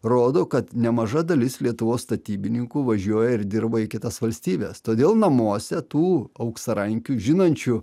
rodo kad nemaža dalis lietuvos statybininkų važiuoja ir dirba į kitas valstybes todėl namuose tų auksarankių žinančių